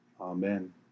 Amen